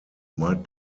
might